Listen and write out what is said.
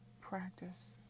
practice